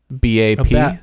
B-A-P